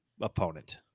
opponent